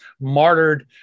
martyred